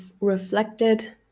reflected